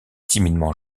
timidement